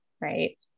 right